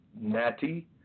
Natty